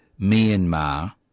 Myanmar